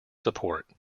support